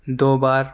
دو بار